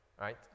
right